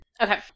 Okay